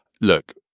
look